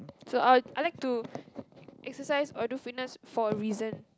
so I I like to exercise or do fitness for a reason